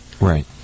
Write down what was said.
Right